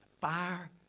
fire